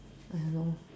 I don't know